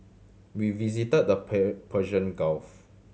we visited the Persian Gulf